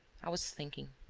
i was thinking.